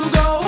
go